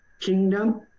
kingdom